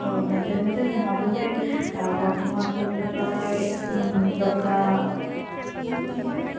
ᱦᱳᱭ ᱢᱮᱱᱫᱟ ᱧ ᱡᱮ ᱱᱚᱶᱟ ᱫᱚ ᱪᱮᱫ ᱵᱚᱨᱫᱷᱚᱢᱟᱱ ᱯᱩᱥᱛᱚᱠᱟᱞᱚᱭ ᱩ ᱫᱚᱠᱟᱱ